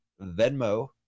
Venmo